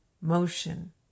motion